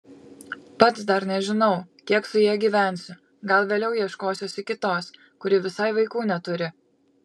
pats dar nežinau kiek su ja gyvensiu gal vėliau ieškosiuosi kitos kuri visai vaikų neturi